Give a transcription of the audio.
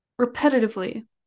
repetitively